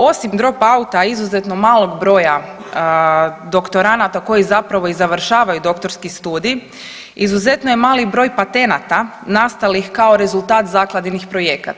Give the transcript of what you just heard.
Osim dropouta izuzetno malog broja doktoranata koji zapravo i završavaju doktorski studij, izuzetno je mali broj patenata nastalih kao rezultat zakladinih projekata.